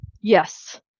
yes